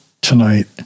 tonight